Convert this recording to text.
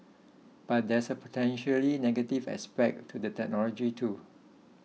but there's a potentially negative aspect to the technology too